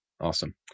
awesome